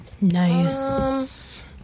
Nice